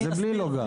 אז זה בלי לא גם.